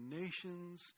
nation's